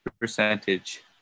percentage